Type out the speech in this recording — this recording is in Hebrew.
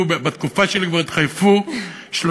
כפי שעשיתם ברשות השידור אגב,